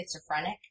schizophrenic